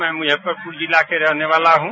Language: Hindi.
मैं मुजफ्फरपुर जिला का रहने वाला हूं